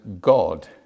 God